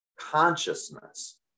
consciousness